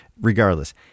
Regardless